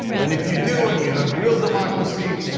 and if you do and you have real democracy,